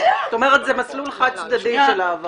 זאת אומרת, זה מסלול חד-צדדי של ההעברה.